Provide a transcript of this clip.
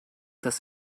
das